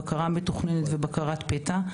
בקרה מתוכננת ובקרת פתע.